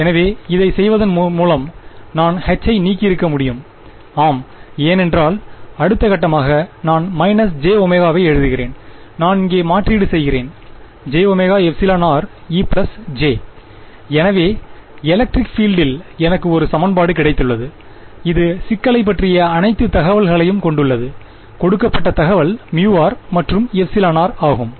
எனவே இதைச் செய்வதன் மூலம் நான் H ஐ நீக்கியிருக்கமுடியும் ஆம் ஏனென்றால் அடுத்த கட்டமாக நான் jω வை எழுதுகிறேன் நான் இங்கே மாற்றீடு செய்கிறேன் jωrEJ எனவே எலக்ட்ரிக் பீல்டில் இல் எனக்கு ஒரு சமன்பாடு கிடைத்துள்ளது இது சிக்கலைப் பற்றிய அனைத்து தகவல்களையும் கொண்டுள்ளது கொடுக்கப்பட்ட தகவல் μr மற்றும் r ஆகும்